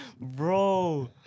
bro